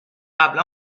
قبلا